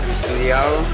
estudiado